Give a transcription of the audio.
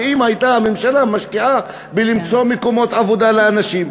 הממשלה אם היא הייתה משקיעה בלמצוא מקומות עבודה לאנשים.